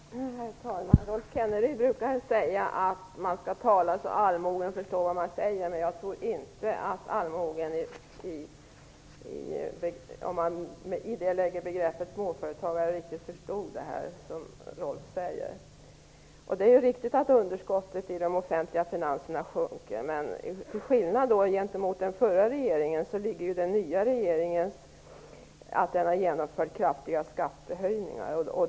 Herr talman! Rolf Kenneryd brukar säga att man skall tala så att allmogen förstår vad man säger, men jag tror inte att allmogen - om man med det begreppet här avser småföretagare - riktigt förstod det som Rolf Kenneryd sade. Det är riktigt att underskottet i de offentliga finanserna sjunker, men till skillnad mot den förra regeringen har den nuvarande regeringen genomfört kraftiga skattehöjningar.